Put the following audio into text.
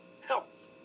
health